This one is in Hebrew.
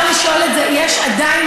יש עדיין,